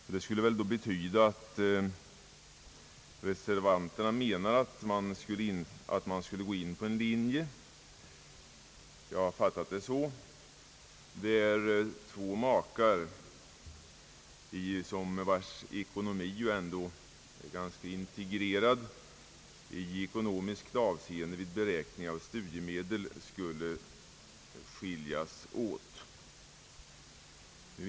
Detta skulle betyda att reservanterna menar att man skulle följa den principen att två makar, vilkas ekonomiska förhållanden ändock är ganska integrerade, vid beräkningen av studiemedel skulle behandlas var för sig.